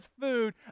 food